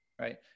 Right